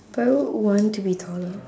but I would want to be taller